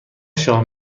شاه